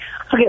Okay